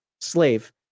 Slave